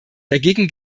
dagegen